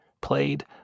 played